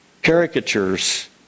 Caricatures